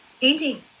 painting